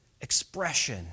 expression